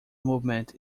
movement